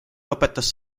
lõpetas